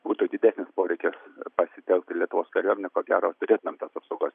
būtų didesnis poreikis pasitelkti lietuvos kariuomenę ko gero turėtumėm tas apsaugos